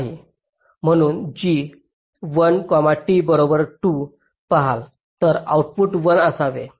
आपण g 1 t बरोबर 2 पहाल तर आऊटपुट 1 असावे